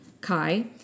Kai